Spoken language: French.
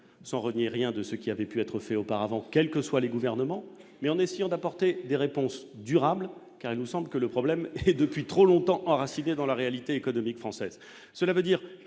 sans renier rien de ce qui avait pu être fait auparavant, quelles que soient les gouvernements, mais en essayant d'apporter des réponses durables, car il nous semble que le problème est depuis trop longtemps, enracinée dans la réalité économique française, cela veut dire